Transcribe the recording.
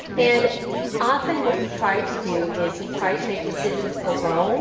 and often what we try to do is we try to make decisions alone